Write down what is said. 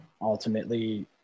ultimately